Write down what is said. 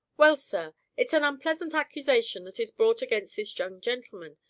well, sir, it's an unpleasant accusation that is brought against this young gentleman.